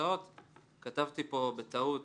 באוניברסיטאות כתבתי פה בטעות